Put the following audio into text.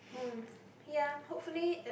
hmm ya hopefully uh